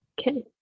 okay